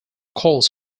calls